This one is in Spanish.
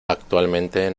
actualmente